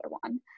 one